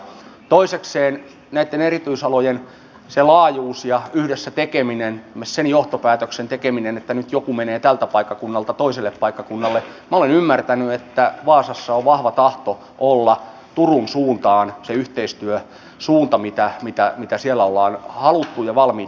toisekseen näitten erityisalojen siitä laajuudesta ja yhdessä tekemisestä sen johtopäätöksen tekemisestä että nyt joku menee tältä paikkakunnalta toiselle paikkakunnalle minä olen ymmärtänyt että vaasassa on vahva tahto olla turun suuntaan se yhteistyösuunta mitä siellä ollaan haluttu ja valmiit tekemään